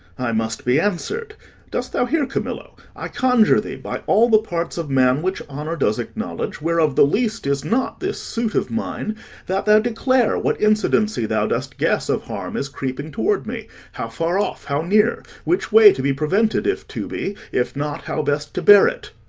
i must be answer'd dost thou hear, camillo, i conjure thee, by all the parts of man which honour does acknowledge whereof the least is not this suit of mine that thou declare what incidency thou dost guess of harm is creeping toward me how far off, how near which way to be prevented, if to be if not, how best to bear it.